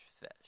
fish